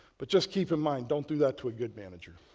but just keep in mind, don't do that to a good manager.